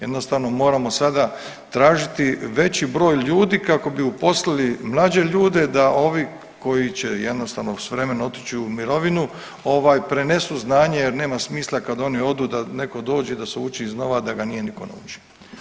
Jednostavno moramo sada tražiti veći broj ljudi kako bi uposlili mlađe ljude da ovi koji će jednostavno s vremenom otići u mirovinu prenesu znanje jer nema smisla kad oni odu da netko dođe i da se uči iznova, a da ga nije nitko naučio.